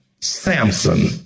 Samson